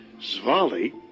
Zvali